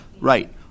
right